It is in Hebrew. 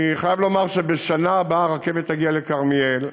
אני חייב לומר שבשנה הבאה הרכבת תגיע לכרמיאל.